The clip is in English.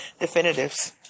definitives